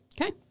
Okay